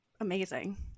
amazing